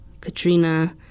Katrina